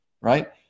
right